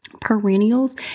perennials